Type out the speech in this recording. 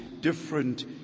different